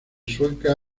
sueca